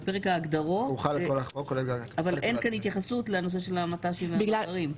בפרק ההגדרות אין כאן התייחסות לנושא של המט"שים והמאגרים.